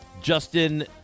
Justin